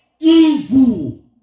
Evil